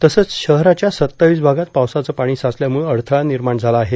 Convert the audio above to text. तसंच शहराच्या सत्तावीस भागात पावसाचं पाणी साचल्यामुळं अडथळा निर्माण झाला आहे